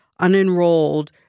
unenrolled